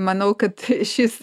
manau kad šis